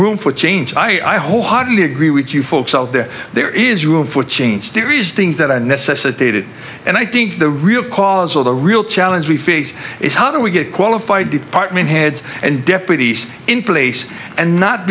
room for change i wholeheartedly agree with you folks out there there is room for change theories things that are knesset dated and i think the real cause of the real challenge we face is how do we get qualified department heads and deputies in place and not